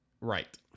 Right